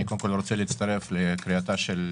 אני קודם כל רוצה להצטרף לקריאתה של